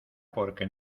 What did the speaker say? porque